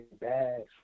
bad